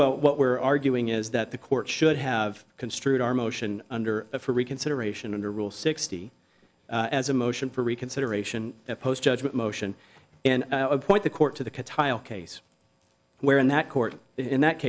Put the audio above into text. well what we're arguing is that the court should have construed our motion under for reconsideration under rule sixty as a motion for reconsideration post judgment motion and appoint the court to the tile case where in that court in that